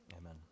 Amen